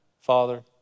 Father